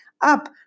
up